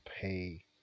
pay